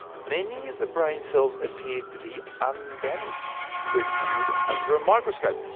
many of the brain cells appeared to be undamaged when viewed under a microscope.